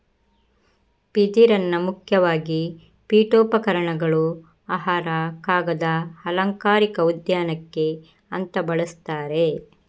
ಬಿದಿರನ್ನ ಮುಖ್ಯವಾಗಿ ಪೀಠೋಪಕರಣಗಳು, ಆಹಾರ, ಕಾಗದ, ಅಲಂಕಾರಿಕ ಉದ್ಯಾನಕ್ಕೆ ಅಂತ ಬಳಸ್ತಾರೆ